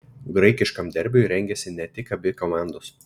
graikiškam derbiui rengiasi ne tik abi komandos